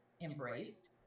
embraced